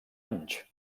anys